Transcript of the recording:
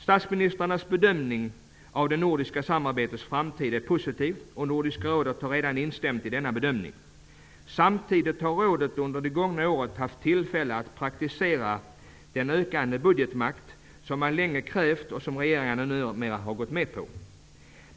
Statsministrarnas bedömning av det nordiska samarbetets framtid är positiv. Nordiska rådet har redan instämt i denna bedömning. Samtidigt har rådet under det gångna året haft tillfälle att praktisera den ökade budgetmakt som man länge krävt och som regeringarna numera har gått med på.